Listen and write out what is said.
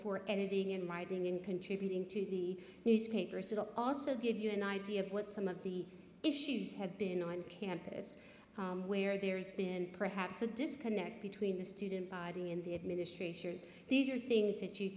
anything in writing and contributing to the newspaper also give you an idea of what some of the issues have been on campus where there's been perhaps a disconnect between the student body in the administration these are things that you